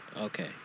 okay